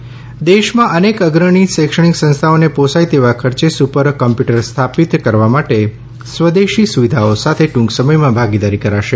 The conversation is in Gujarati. સુપરકોમ્પ્યુટીંગ દેશમાં અનેક અગ્રણી શૈક્ષણિક સંસ્થાઓને પોસાય તેવા ખર્ચે સુપર કમ્પ્યુટર સ્થાપિત કરવા માટે સ્વદેશી સુવિધાઓ સાથે ટૂંક સમયમાં ભાગીદારી કરાશે